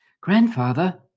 Grandfather